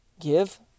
Give